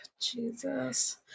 Jesus